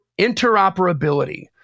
Interoperability